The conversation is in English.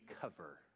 cover